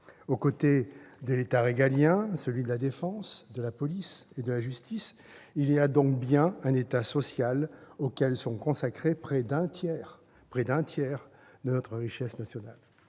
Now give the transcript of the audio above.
Aux côtés de l'État régalien, celui de la défense, de la police et de la justice, il y a donc bien un État social, auquel est consacré près d'un tiers de notre richesse nationale.